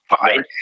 fine